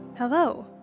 Hello